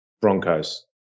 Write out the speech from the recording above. Broncos